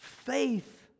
Faith